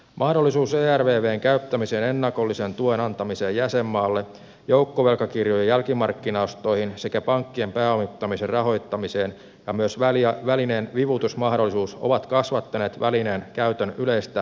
mahdollisuus ervvn käyttämiseen ennakollisen tuen antamiseen jäsenmaalle joukkovelkakirjojen jälkimarkkinaostoihin sekä pankkien pääomittamisen rahoittamiseen ja myös välineen vivutusmahdollisuus ovat kasvattaneet välineen käytön yleistä riskitasoa merkittävästi